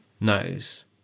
knows